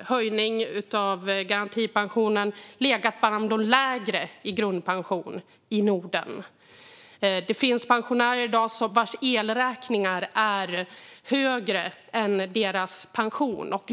höjning av garantipensionen legat bland dem som haft lägst grundpension i Norden. Det finns pensionärer i dag vars elräkningar är högre än deras pension.